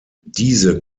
diese